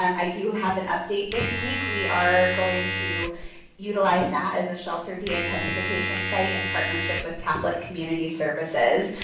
um i do have an update this week. we are going to utilize that as a shelter deintensification site in partnership with catholic community services.